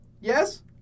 Yes